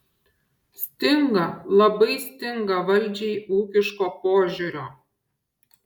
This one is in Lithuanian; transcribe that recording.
stinga labai stinga valdžiai ūkiško požiūrio